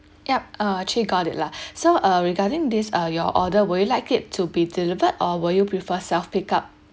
yup uh actually got it lah so uh regarding this uh your order will you like it to be delivered or will you prefer self pick up